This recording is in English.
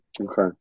Okay